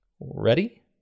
Ready